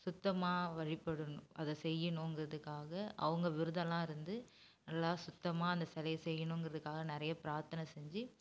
சுத்தமாக வழிபடணும் அதை செய்யணுங்குகிறதுக்காக அவங்க விரதம்லாம் இருந்து நல்லா சுத்தமாக அந்த சிலைய செய்யணுங்கறதுக்காக நிறைய பிரார்த்தனை செஞ்சு